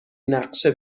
نقشه